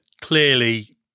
clearly